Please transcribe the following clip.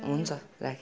हुन्छ राखेँ